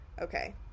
Okay